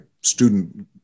student